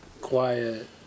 quiet